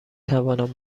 توانم